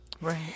Right